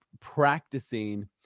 practicing